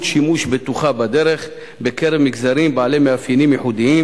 שימוש בטוחה בדרך בקרב מגזרים בעלי מאפיינים ייחודיים,